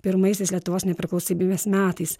pirmaisiais lietuvos nepriklausomybės metais